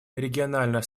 региональное